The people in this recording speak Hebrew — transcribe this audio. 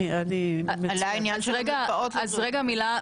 רגע מילה,